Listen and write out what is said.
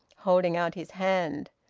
holding out his hand.